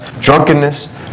drunkenness